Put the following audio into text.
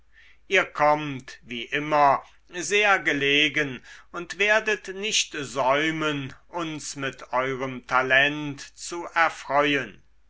ihr kommt wie immer sehr gelegen und werdet nicht säumen uns mit eurem talent zu erfreuen